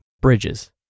bridges